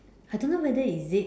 I don't know whether is it